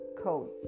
Codes